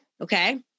okay